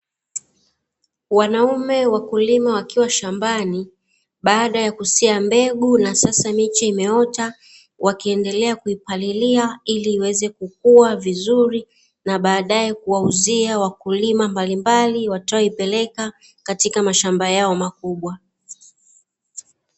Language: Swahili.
Wanaume wakulima wakiwa shambani baada ya kusia mbegu na sasa miche imeota, wakiendelea kuipalilia ili iweze kukua vizuri na baadae kuuzia wakulima mbalimbali watakayoipeleka katika mashamba makubwa.